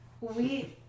We-